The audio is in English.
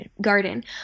garden